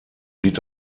sieht